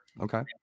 Okay